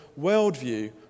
worldview